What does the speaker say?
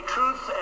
Truth